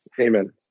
Amen